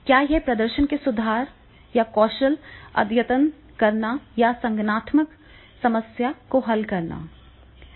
क्या यह प्रदर्शन में सुधार या कौशल अद्यतन करना या संगठनात्मक समस्या को हल करना है